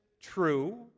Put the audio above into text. true